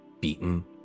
beaten